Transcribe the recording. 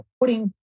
putting